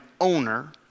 owner